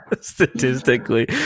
Statistically